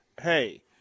hey